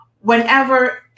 whenever